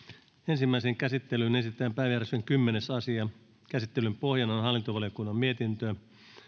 ensimmäiseen käsittelyyn esitellään päiväjärjestyksen kymmenes asia käsittelyn pohjana on hallintovaliokunnan mietintö